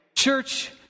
Church